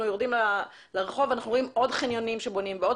יורדים לרחוב ואנחנו רואים עוד חניונים שבונים ועוד